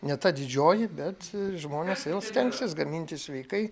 ne ta didžioji bet žmonės stengsis gaminti sveikai